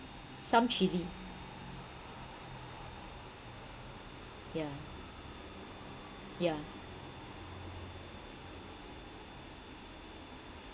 some chilli yeah yeah